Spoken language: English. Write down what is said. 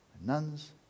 Nuns